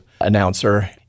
announcer—